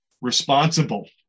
responsible